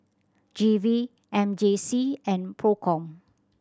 G V M J C and Procom